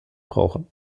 brauchen